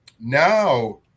Now